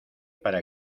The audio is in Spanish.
para